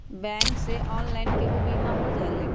Bank से online केहु बिमा हो जाईलु?